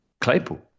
Claypool